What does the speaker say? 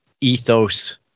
ethos